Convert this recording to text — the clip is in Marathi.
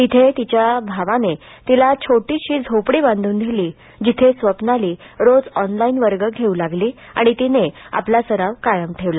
तिथे तिच्या भावाने तिला छोटीशी झोपडी बांधून दिली जिथे स्वज्नाली रोज ऑनलाईन वर्ग घेऊ लागली आणि तिने आपला सराव कायम ठेवला